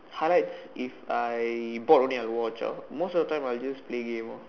highlights if I bored only I'll watch ah most of the time I'll just play game orh